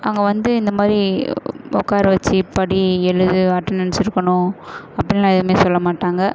அங்கே வந்து இந்த மாதிரி உட்கார வச்சு படி எழுது அட்டனன்ஸ் இருக்கணும் அப்படின்லாம் எதுவுமே சொல்ல மாட்டாங்க